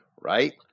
right